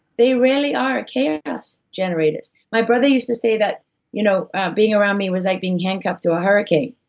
they really are, chaos generators. my brother used to say that you know being around me was like being handcuffed to a hurricane,